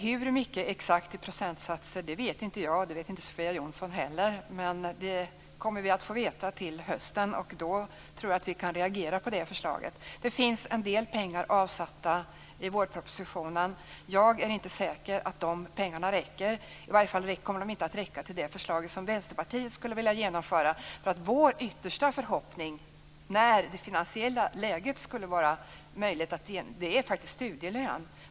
Jag vet inte de exakta procentsatserna, och det vet inte Sofia Jonsson heller. Men vi kommer att få veta till hösten, och då kan vi reagera på förslaget. Det finns en del pengar avsatta i vårpropositionen. Jag är inte säker på att de pengarna räcker, i varje fall kommer de inte att räcka till det förslag som Vänsterpartiet skulle vilja genomföra. Vår yttersta förhoppning, när det finansiella läget tillåter det, är en studielön.